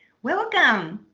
welcome!